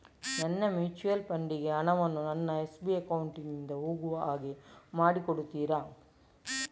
ನನ್ನ mutual fund ಗೆ ಹಣ ವನ್ನು ನನ್ನ ಎಸ್.ಬಿ ಅಕೌಂಟ್ ನಿಂದ ಹೋಗು ಹಾಗೆ ಮಾಡಿಕೊಡುತ್ತೀರಾ?